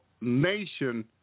nation